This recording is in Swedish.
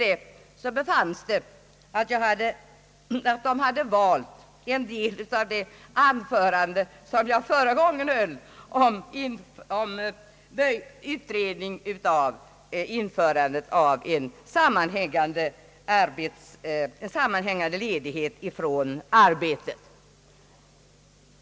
Det befanns att man hade valt ett avsnitt ur det anförande som jag för några år sedan höll om utredning om införandet av en sammanhängande ledighet ifrån arbetet.